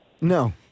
No